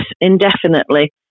indefinitely